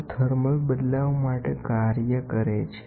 તેઓ થર્મલ બદલાવ માટે વળતર આપે છે